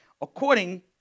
According